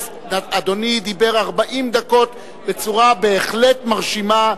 אדוני דיבר 40 דקות בצורה בהחלט מרשימה.